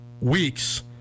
weeks